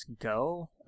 Go